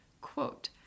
Quote